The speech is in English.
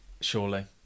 surely